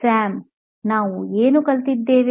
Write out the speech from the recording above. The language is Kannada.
ಸ್ಯಾಮ್ ನಾವು ಏನು ಕಲಿತಿದ್ದೇವೆ